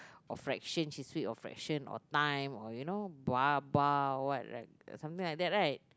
or fractions she's weak of fraction or time or you know bah bah or what right something like that right